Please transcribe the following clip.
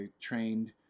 trained